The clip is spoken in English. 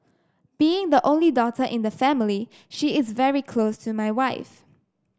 being the only daughter in the family she is very close to my wife